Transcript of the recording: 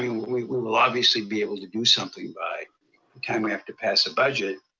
we will we will obviously be able to do something by the time we have to pass the budget.